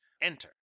enter